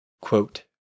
Quote